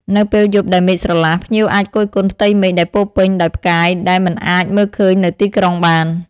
នៅពេលយប់ដែលមេឃស្រឡះ ភ្ញៀវអាចគយគន់ផ្ទៃមេឃដែលពោរពេញដោយផ្កាយដែលមិនអាចមើលឃើញនៅទីក្រុងបាន។